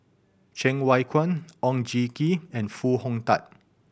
Cheng Wai Keung Oon Jin Gee and Foo Hong Tatt